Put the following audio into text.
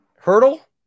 Hurdle